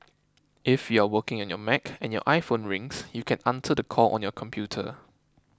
if you are working on your Mac and your iPhone rings you can answer the call on your computer